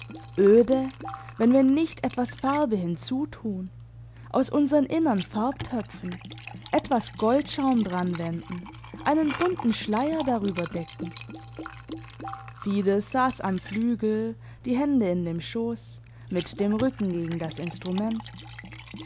öde wenn wir nicht etwas farbe hinzutun aus unsern innern farbtöpfen etwas goldschaum dran wenden einen bunten schleier darüber decken fides sass am flügel die hände in dem schoss mit dem rücken gegen das instrument